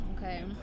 okay